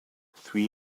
three